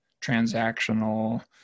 transactional